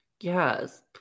Yes